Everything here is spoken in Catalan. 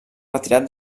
retirat